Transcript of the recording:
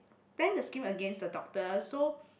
plan the scheme against the doctor so